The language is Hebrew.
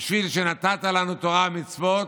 בשביל שנתת לנו תורה ומצוות,